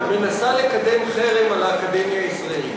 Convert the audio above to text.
וחברים רבים בממשלה כולה עושים את המאמץ שזה גם לא יקרה.